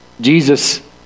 Jesus